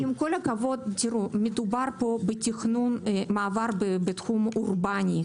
עם כל הכבוד, מדובר בתכנון מעבר בתחום אורבני.